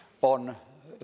on